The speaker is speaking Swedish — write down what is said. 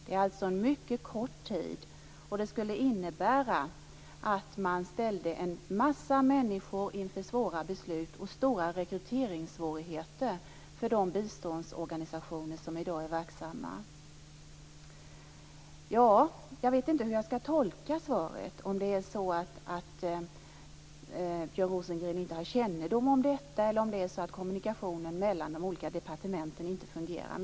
Det är en mycket kort tid. Detta skulle innebära att man ställde en massa människor inför svåra beslut och att de biståndsorganisationer som i dag är verksamma skulle få stora rekryteringssvårigheter. Jag vet inte hur jag skall tolka svaret. Har Björn Rosengren inte kännedom om det här, eller fungerar inte kommunikationen mellan departementen?